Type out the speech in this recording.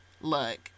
look